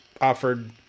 offered